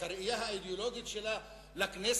את הראייה האידיאולוגית שלה לכנסת,